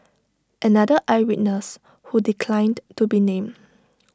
another eye witness who declined to be named